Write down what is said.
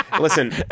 Listen